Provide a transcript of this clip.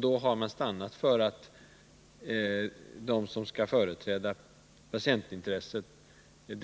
Då har man stannat för att de som skull företräda patientintressen